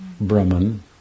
Brahman